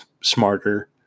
smarter